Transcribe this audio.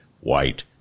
White